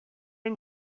and